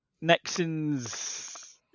Nixon's